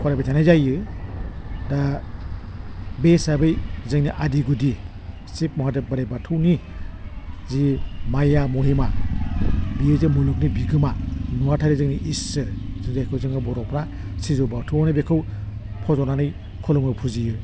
फरायबाय थानाय जायो दा बे हिसाबै जोंनि आदि गुदि शिभ महादेब बोराइ बाथौनि जि माया महिमा बियो जे मुलुगनि बिगोमा महातारि जोंनि इसोर जुजायखौ जोङो बर'फ्रा सिजौ बाथौआवनो बेखौ फज'नानै खुलुमो फुजियो